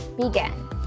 begin